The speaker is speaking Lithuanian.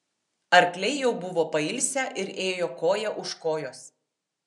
arkliai jau buvo pailsę ir ėjo koja už kojos